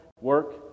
work